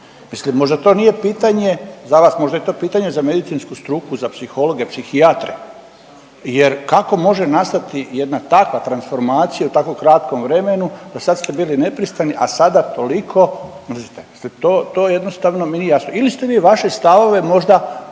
Mislim možda to nije pitanje za vas, možda je to pitanje za medicinsku struku, za psihologe, psihijatre. Jer kako može nastati jedna takva transformacija u tako kratkom vremenu, do sad ste bili nepristrani a sada toliko mrzite. To jednostavno mi nije jasno ili ste vi vaše stavove možda